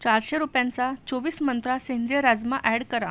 चारशे रुपयांचा चोवीस मंत्रा सेंद्रिय राजमा ॲड करा